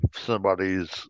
somebody's